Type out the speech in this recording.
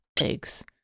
eggs